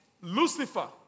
Lucifer